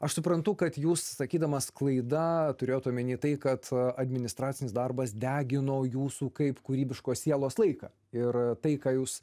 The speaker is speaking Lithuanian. aš suprantu kad jūs sakydamas klaida turėjot omeny tai kad administracinis darbas degino jūsų kaip kūrybiškos sielos laiką ir tai ką jūs